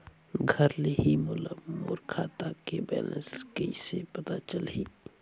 घर ले ही मोला मोर खाता के बैलेंस कइसे पता चलही?